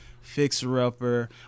Fixer-upper